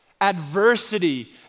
adversity